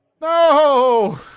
no